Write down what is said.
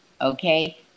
Okay